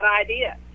idea